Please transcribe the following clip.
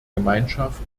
gemeinschaft